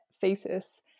thesis